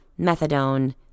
methadone